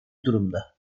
durumda